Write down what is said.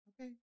okay